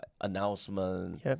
announcement